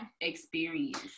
experience